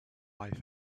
life